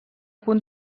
punt